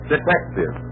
Detective